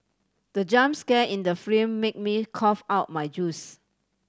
the jump scare in the film made me cough out my juice